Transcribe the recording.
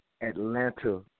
Atlanta